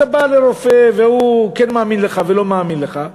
אתה בא לרופא, והוא כן מאמין לך ולא מאמין לך.